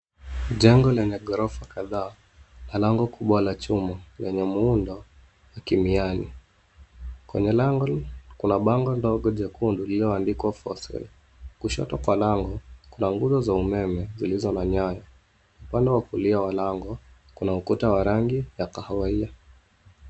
Jengo lenye ghorofa kadhaa, na lango kubwa la chuma, lenye muundo, wa kimiani. Kwenye lango, kuna bango ndogo jekundu lililoandikwa for sale . Kushoto kwa lango, kuna nguzo za umeme, zilizo na nyayo. Upande wa kulia wa lango, kuna ukuta wa rangi, ya kahawia.